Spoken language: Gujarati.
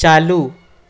ચાલુ